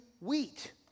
wheat